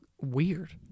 weird